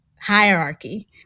hierarchy